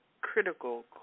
critical